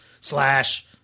slash